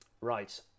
Right